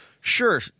sure